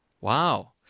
Wow